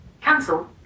Cancel